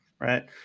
Right